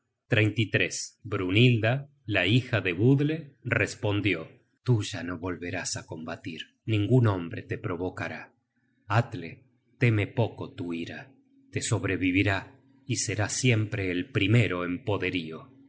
su llaga húmeda brynhilda la hija de budle respondió tú ya no volverás á combatir ningun hombre te provocará atle teme poco tu ira te sobrevivirá y será siempre el primero